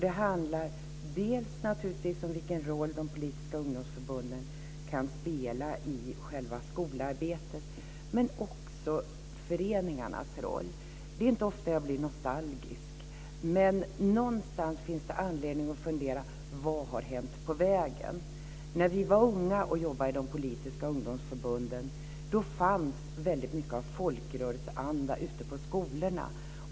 Det handlar dels naturligtvis om vilken roll de politiska ungdomsförbunden kan spela i själva skolarbetet, dels om föreningarnas roll. Det är inte ofta jag blir nostalgisk, men någon gång finns det anledning att fundera över vad som har hänt på vägen. När vi var unga och jobbade i de politiska ungdomsförbunden fanns väldigt mycket av folkrörelseanda ute på skolorna.